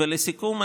לסיכום,